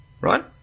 right